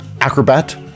acrobat